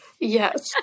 Yes